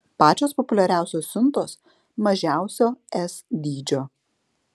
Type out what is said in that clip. pačios populiariausios siuntos mažiausio s dydžio